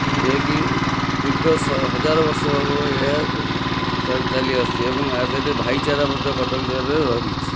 ଯିଏକି ଦୀର୍ଘ ହଜାର ବର୍ଷ ହବ ଏହା ଚାଲି ଆସୁଛି ଏବଂ ଆ ଦେହରେ ଭାଇଚାରା ମଧ୍ୟ କଟକ ସହରରେ ରହିଛି